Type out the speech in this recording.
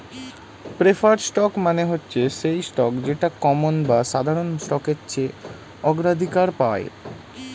preferred stock মানে হচ্ছে সেই স্টক যেটা কমন বা সাধারণ স্টকের চেয়ে অগ্রাধিকার পায়